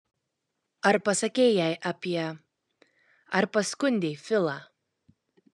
ar pasakei jai apie ar paskundei filą